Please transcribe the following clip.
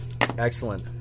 Excellent